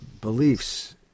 beliefs